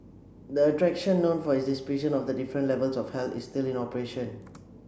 the attraction known for its depiction of the different levels of hell is still in operation